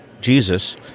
Jesus